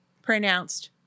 pronounced